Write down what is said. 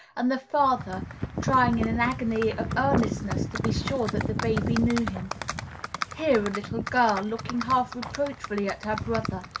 and the father trying in an agony of earnestness to be sure that the baby knew him here a little girl, looking half reproachfully at her brother,